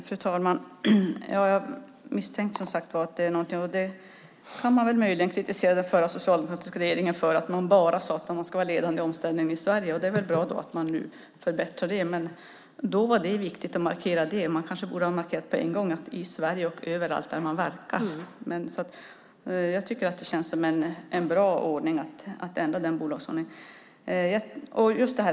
Fru talman! Man kan möjligen kritisera den förra, socialdemokratiska regeringen för att man bara sade att man ska vara ledande i omställningen i Sverige. Det är bra att man nu förbättrar det. Då var det viktigt att markera det. Man kanske borde ha markerat på en gång att det skulle vara i Sverige och överallt där man verkar. Jag tycker att det känns som en bra ordning att ändra den bolagsordningen.